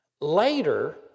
Later